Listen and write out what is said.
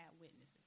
witnesses